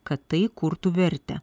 kad tai kurtų vertę